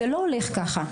זה לא הולך ככה.